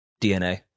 DNA